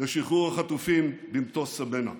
לשחרור החטופים ממטוס סבנה.